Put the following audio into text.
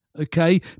okay